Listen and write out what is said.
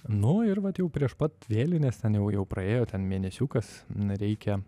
nu ir vat jau prieš pat vėlines ten jau jau praėjo ten mėnesiukas reikia